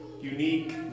unique